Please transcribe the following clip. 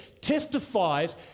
testifies